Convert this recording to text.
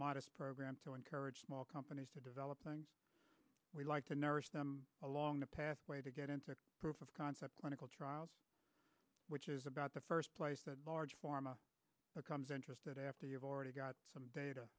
modest program to encourage small companies to develop things we like to nurse them along the pathway to get into a proof of concept clinical trials which is about the first large form of comes interested after you've already got some data